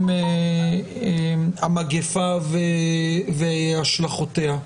המגיפה והשלכותיה.